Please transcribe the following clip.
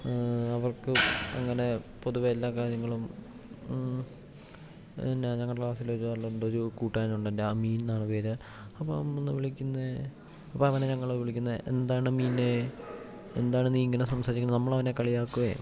അവർക്ക് അങ്ങനെ പൊതുവേ എല്ലാ കാര്യങ്ങളും പിന്നെ ഞങ്ങളുടെ ക്ലാസ്സിലൊരു എൻ്റെ ഒരു കൂട്ടുകാരനുണ്ട് എൻ്റെ അമീൻ എന്നാണ് പേര് അപ്പം അന്ന് വിളിക്കുന്നേ അപ്പം അവനെ ഞങ്ങള് വിളിക്കുന്നെ എന്താണ് മീനെ എന്താണ് നീ ഇങ്ങനെ സംസാരിക്കുന്നത് നമ്മൾ അവനെ കളിയാക്കുകയും